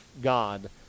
God